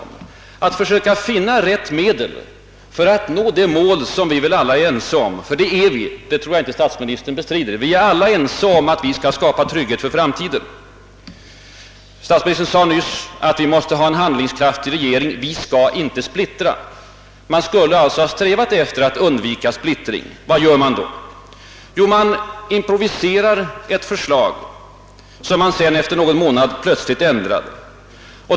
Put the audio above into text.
Man borde försöka finna rätt medel för att nå det mål som vi alla är ense om — ty det är vi, det tror jag inte att statsministern bestrider — nämligen trygghet för framtiden. Statsministern sade nyss att vi måste ha en handlingskraftig regering, vi skall inte splittra. Man borde alltså ha strävat efter att undvika splittring. Vad gör man istället? Man improviserar ett förslag som man sedan efter någon månad ändrar.